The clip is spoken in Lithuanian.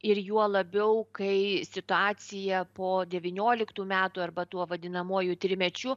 ir juo labiau kai situacija po devynioliktų metų arba tuo vadinamuoju trimečiu